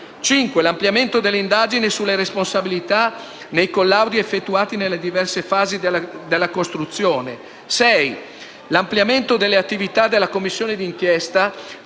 l'ampliamento delle indagini sulle responsabilità nei collaudi effettuati nelle diverse fasi di costruzione; l'ampliamento delle attività della Commissione d'inchiesta,